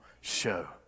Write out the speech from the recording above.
Show